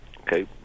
Okay